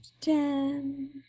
ten